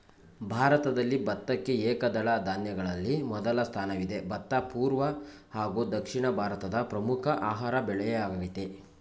ಭಾರತದಲ್ಲಿ ಭತ್ತಕ್ಕೆ ಏಕದಳ ಧಾನ್ಯಗಳಲ್ಲಿ ಮೊದಲ ಸ್ಥಾನವಿದೆ ಭತ್ತ ಪೂರ್ವ ಹಾಗೂ ದಕ್ಷಿಣ ಭಾರತದ ಪ್ರಮುಖ ಆಹಾರ ಬೆಳೆಯಾಗಯ್ತೆ